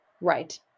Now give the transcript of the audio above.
Right